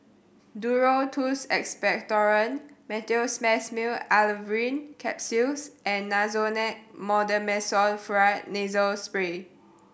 Duro Tuss Expectorant Meteospasmyl Alverine Capsules and Nasonex Mometasone Furoate Nasal Spray